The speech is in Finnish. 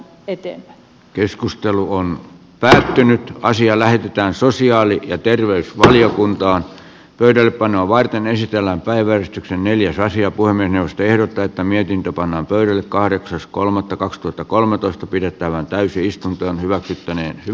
minun mielestäni tämä on yksi semmoinen asia joka meidän pitää kyllä pystyä selvittämään ennen kuin me lähdemme tätä mietintö pannaan töihin kahdeksas ckolme takaustyttö kolmetoista pidettävään täysistunto hyväksyttäneen i